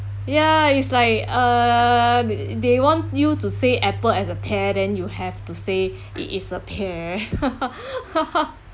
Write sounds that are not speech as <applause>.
ya it's like uh t~ they want you to say apple is a pear then you have to say it is a pear <laughs>